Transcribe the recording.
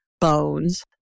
bones